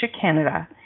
Canada